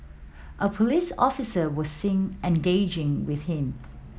a police officer was seen engaging with him